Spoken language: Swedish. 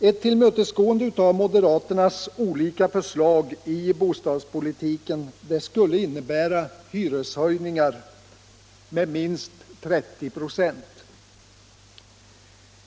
Ett tillmötesgående av moderaternas olika förslag i bostadspolitiken skulle innebära hyreshöjningar med minst 30 2.